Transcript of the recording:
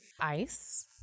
ice